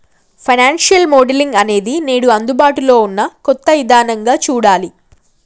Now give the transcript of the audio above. financial modelling అనేది నేడు అందుబాటులో ఉన్న కొత్త ఇదానంగా చూడాలి